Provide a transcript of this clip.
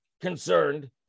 concerned